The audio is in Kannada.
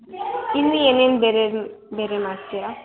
ಇನ್ನೂ ಏನೇನು ಬೇರೆ ಬೇರೆ ಮಾಡ್ತೀರಾ